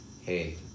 hey